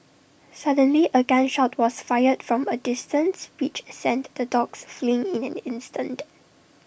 suddenly A gun shot was fired from A distance which sent the dogs fleeing in an instant